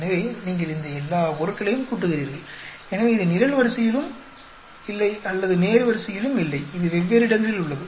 எனவே நீங்கள் இந்த எல்லா பொருட்களையும் கூட்டுகிறீர்கள் எனவே இது நிரல்வரிசையிலும் இல்லை அல்லது நேர்வரிசையிலும் இல்லை இது வெவ்வேறு இடங்களில் உள்ளது